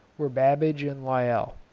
were babbage and lyell,